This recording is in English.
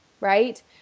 right